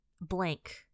blank